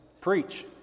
preach